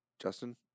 Justin